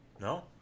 No